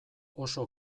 oso